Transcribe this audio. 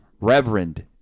Reverend